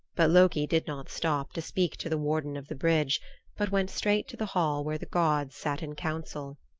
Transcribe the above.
but loki did not stop to speak to the warden of the bridge but went straight to the hall where the gods sat in council.